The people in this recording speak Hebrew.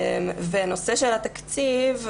בנושא התקציב,